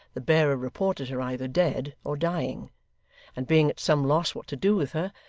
the bearer reported her either dead or dying and being at some loss what to do with her,